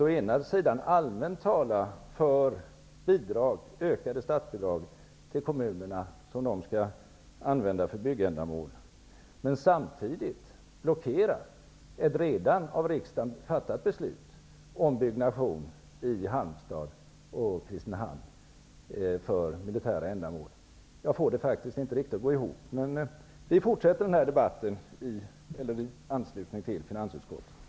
Å ena sidan talar ni allmänt för ökade statsbidrag till kommunerna som de skall använda för byggändamål och samtidigt blockerar ni ett av riksdagen redan fattat beslut om byggnation i Halmstad och Kristinehamn för militära ändamål. Jag får det faktiskt inte att gå ihop riktigt. Vi fortsätter den här debatten i anslutning till finansutskottet.